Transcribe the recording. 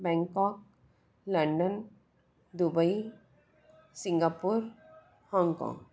Bangkok London Dubai Singapore Hong Kong